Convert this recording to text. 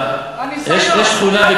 יש שכונה,